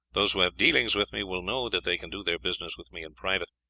those who have dealings with me will know that they can do their business with me in private.